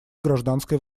гражданской